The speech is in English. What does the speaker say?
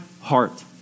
heart